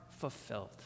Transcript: fulfilled